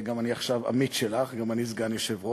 גם אני עכשיו עמית שלך, גם אני סגן יושב-ראש,